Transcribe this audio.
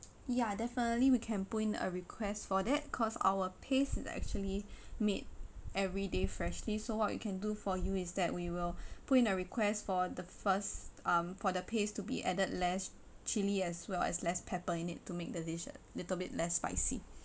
ya definitely we can put in a request for that cause our paste is actually made everyday freshly so what we can do for you is that we will put in a request for the first um for the paste to be added less chilli as well as less pepper you need to make the dish a little bit less spicy